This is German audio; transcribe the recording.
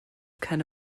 keine